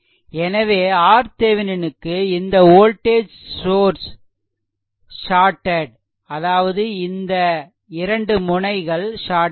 எனவே RThevenin க்கு இந்த வோல்டேஜ் சோர்ஸ் ஷார்டெட் அதாவது இந்த 2 முனைகள் ஷார்டெட்